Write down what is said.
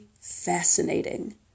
fascinating